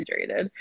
hydrated